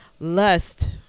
lust